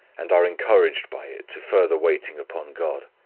and are encouraged by it to further waiting upon god.